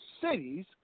cities